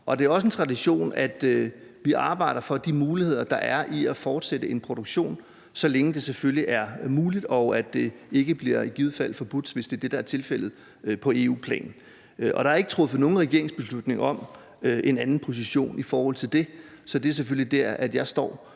Det er også en tradition, at vi arbejder for de muligheder, der er i at fortsætte en produktion, så længe det selvfølgelig er muligt og det ikke i givet fald bliver forbudt på EU-plan, hvis det er det, der er tilfældet. Og der er ikke truffet nogen regeringsbeslutning om en anden position i forhold til det, så det er selvfølgelig der, jeg står.